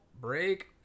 break